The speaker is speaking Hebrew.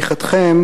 ברכות למציעה.